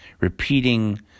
repeating